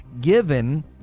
Given